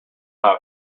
how